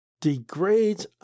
degrades